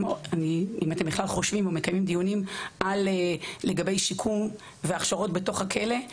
אם אתם בכלל חושבים או מקיימים דיונים לגבי שיקום והכשרות בתוך הכלא,